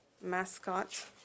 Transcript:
Mascot